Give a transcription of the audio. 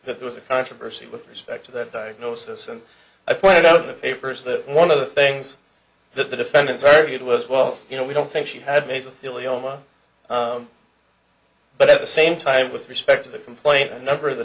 that there was a controversy with respect to that diagnosis and i pointed out in the papers that one of the things that the defendants varied was well you know we don't think she had major feely on one but at the same time with respect to the complaint a number of the